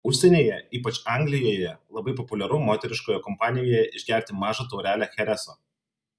užsienyje ypač anglijoje labai populiaru moteriškoje kompanijoje išgerti mažą taurelę chereso